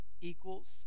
equals